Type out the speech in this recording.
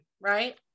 Right